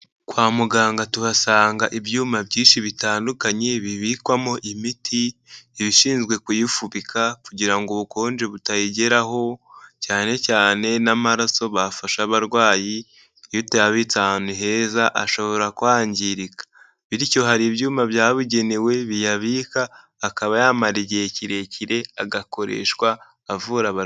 Kwa muganga tuhasanga ibyuma byinshi bitandukanye bibikwamo imiti ibashinzwe kuyifubika kugira ngo ubukonje butayigeraho cyane cyane n'amaraso bafasha abarwayi iyo utayabitse ahantu heza ashobora kwangirika bityo hari ibyuma byabugenewe biyabika akaba yamara igihe kirekire agakoreshwa avura abarwayi.